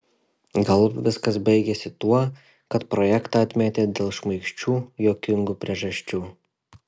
galop viskas baigėsi tuo kad projektą atmetė dėl šmaikščių juokingų priežasčių